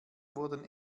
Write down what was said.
wurden